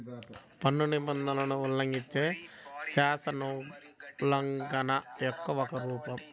పన్ను నిబంధనలను ఉల్లంఘిస్తే, శాసనోల్లంఘన యొక్క ఒక రూపం